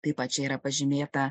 taip pat čia yra pažymėta